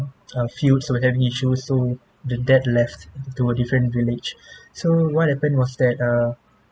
a few so were having issues so the dad left to a different village so what happened was that err